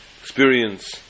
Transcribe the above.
experience